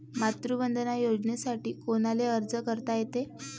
मातृवंदना योजनेसाठी कोनाले अर्ज करता येते?